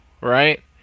right